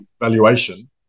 valuation